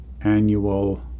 annual